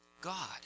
God